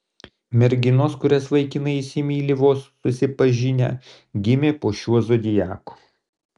merginos kurias vaikinai įsimyli vos susipažinę gimė po šiuo zodiaku